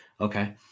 Okay